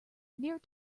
near